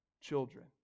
children